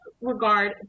regard